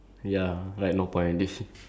all they want no money inside